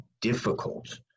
difficult